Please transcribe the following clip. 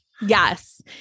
Yes